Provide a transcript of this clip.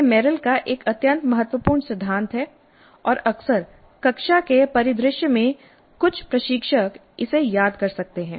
यह मेरिल का एक अत्यंत महत्वपूर्ण सिद्धांत है और अक्सर कक्षा के परिदृश्य में कुछ प्रशिक्षक इसे याद कर सकते हैं